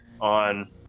on